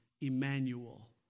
Emmanuel